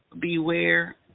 Beware